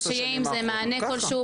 ושיהיה עם זה מענה כלשהו,